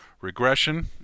regression